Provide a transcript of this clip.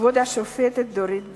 כבוד השופטת דורית בייניש,